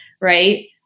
Right